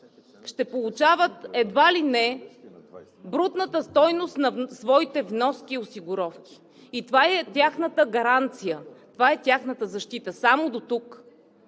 ще получават едва ли не брутната стойност на своите вноски и осигуровки. И това е тяхната гаранция, това е тяхната защита – само дотук.